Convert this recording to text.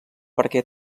perquè